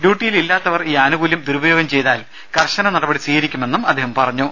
ഡ്യൂട്ടിയിലില്ലാത്തവർ ഈ ആനുകൂല്യം ദുരുപയോഗം ചെയ്താൽ കർശന നടപടി സ്വീകരിക്കുമെന്ന് അദ്ദേഹം അറിയിച്ചു